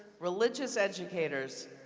religious educators,